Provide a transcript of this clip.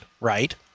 right